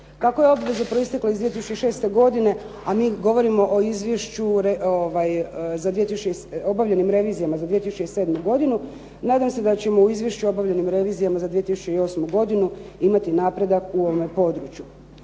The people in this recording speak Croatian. Kako je obveza proistekla iz 2006. godine, a mi govorimo za izvješće o obavljenim revizijama za 2007. godinu nadam se da ćemo u izvješću o obavljenim revizijama za 2008. godinu imati napredak u ovome području.